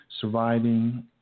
surviving